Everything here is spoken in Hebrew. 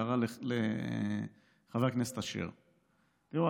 הערה לחבר הכנסת אשר: תראו,